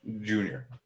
Junior